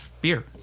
Beer